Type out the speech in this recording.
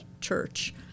church